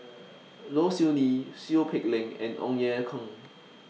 Low Siew Nghee Seow Peck Leng and Ong Ye Kung